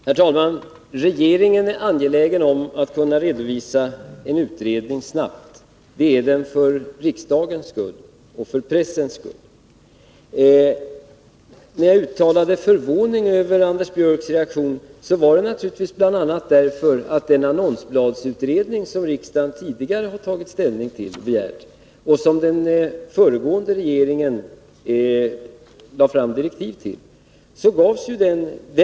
Herr talman! Regeringen är angelägen om att kunna redovisa en utredning snabbt. Det är den för riksdagens skull och för pressens skull. När jag uttalade förvåning över Anders Björcks reaktion var det naturligtvis bl.a. därför att riksdagen tidigare har tagit ställning till och begärt en annonsbladsutredning, som den föregående regeringen lade fram direktiv till.